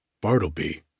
Bartleby